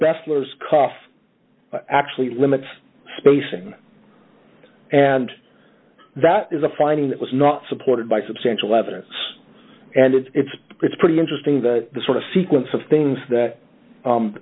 lawyers cough actually limits spacing and that is a finding that was not supported by substantial evidence and it's it's it's pretty interesting that the sort of sequence of things that